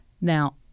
Now